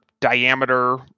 diameter